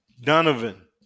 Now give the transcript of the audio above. Donovan